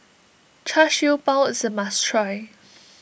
Char Siew Bao is a must try